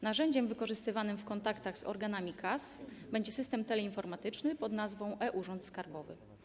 Narzędziem wykorzystywanym w kontaktach z organami KAS będzie system teleinformatyczny pod nazwą: e-Urząd Skarbowy.